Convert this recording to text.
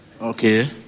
Okay